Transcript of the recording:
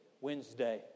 Wednesday